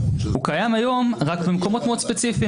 הוא קיים היום רק במקומות מאוד ספציפיים.